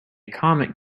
comet